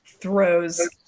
throws